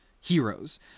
heroes